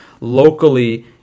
locally